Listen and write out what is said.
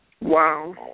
Wow